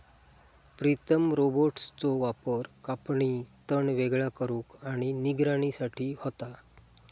प्रीतम रोबोट्सचो वापर कापणी, तण वेगळा करुक आणि निगराणी साठी होता